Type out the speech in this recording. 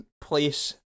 place